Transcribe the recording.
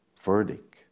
verdict